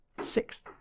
Sixth